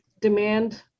demand